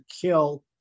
kill